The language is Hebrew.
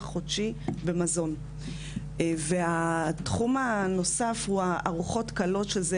חודשי במזון והתחום הנוסף הוא הארוחות קלות שזה